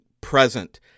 present